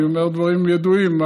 אני אומר דברים ידועים.